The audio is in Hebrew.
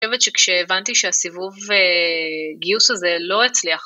אני חושבת שכשהבנתי שהסיבוב גיוס הזה לא הצליח.